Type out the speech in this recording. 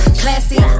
classy